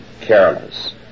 careless